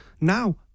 now